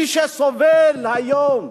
מי שסובל היום,